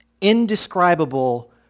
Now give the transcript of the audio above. indescribable